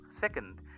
second